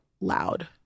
loud